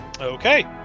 Okay